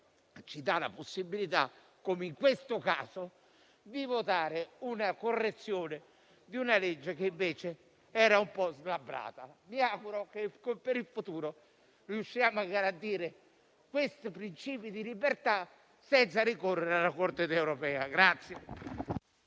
ci dà la possibilità, come in questo caso, di votare una correzione di una legge che invece era un po' slabbrata. Mi auguro che per il futuro riusciremo a garantire questi principi di libertà senza ricorrere alla Corte di giustizia